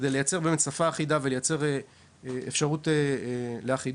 כדי לייצר שפה אחידה ולייצר אפשרות לאחידות,